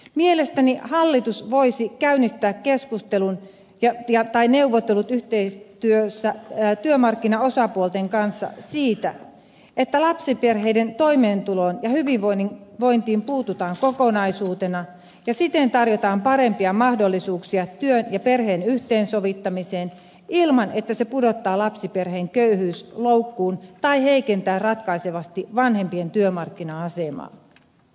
mielestäni hallitus voisi käynnistää keskustelun ja tia tai neuvotellut yhteiset neuvottelut yhteistyössä työmarkkinaosapuolten kanssa siitä että lapsiperheiden toimeentuloon ja hyvinvointiin puututaan kokonaisuutena ja siten tarjotaan parempia mahdollisuuksia työn ja perheen yhteensovittamiseen ilman että se pudottaa lapsiperheen köyhyysloukkuun tai heikentää ratkaisevasti vanhempien työmarkkina asemaa